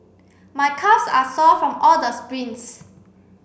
my calves are sore from all the sprints